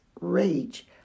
rage